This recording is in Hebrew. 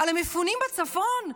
על המפונים בצפון?